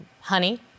honey